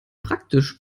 praktisch